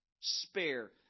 spare